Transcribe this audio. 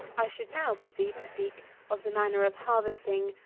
i should now proceed to speak of the manner of harvesting,